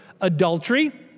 adultery